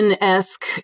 esque